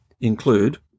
include